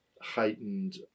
heightened